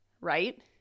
right